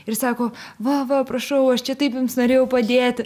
ir sako vava prašau aš čia taip jums norėjau padėti